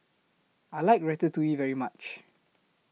I like Ratatouille very much